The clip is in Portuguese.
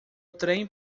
trem